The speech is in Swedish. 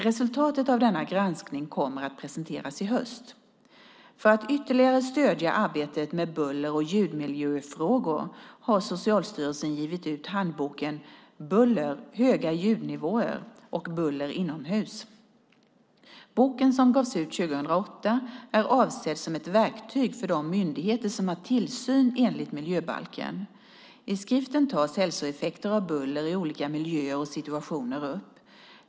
Resultatet av denna granskning kommer att presenteras i höst. För att ytterligare stödja arbetet med buller och ljudmiljöfrågor har Socialstyrelsen givit ut handboken Buller. Höga ljudnivåer och buller inomhus . Boken, som gavs ut 2008, är avsedd som ett verktyg för de myndigheter som har tillsyn enligt miljöbalken. I skriften tas hälsoeffekter av buller i olika miljöer och situationer upp.